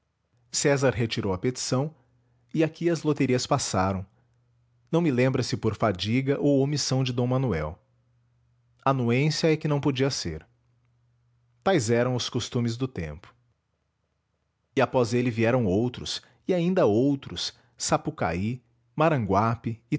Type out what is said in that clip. césar retirou a petição e aqui as loterias passaram não me lembra se por fadiga ou omissão de d manuel anuência é que não podia ser tais eram os costumes do tempo e após ele vieram outros e ainda outros sapucaí maranguape